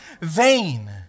vain